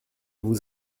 vous